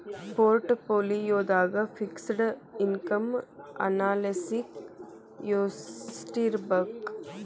ಪೊರ್ಟ್ ಪೋಲಿಯೊದಾಗ fixed income analysis ಯೆಸ್ಟಿರ್ಬಕ್?